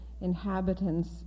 inhabitants